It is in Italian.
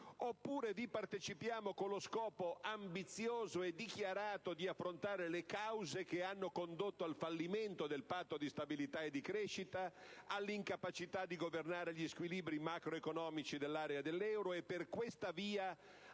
Oppure vi partecipiamo con lo scopo ambizioso e dichiarato di affrontare le cause che hanno condotto al fallimento del Patto di stabilità e crescita, all'incapacità di governare gli squilibri macroeconomici dell'area dell'euro e che, per questa via,